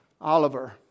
Oliver